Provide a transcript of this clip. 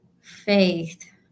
faith